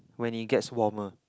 when it gets warmer